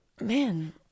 man